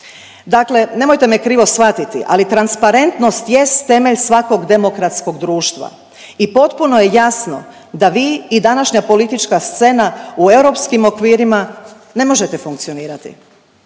Dakle, nemojte me krivo shvatiti, ali transparentnost jest temelj svakog demokratskog društva i potpuno je jasno da vi i današnja politička scena u europskim okvirima ne možete funkcionirati.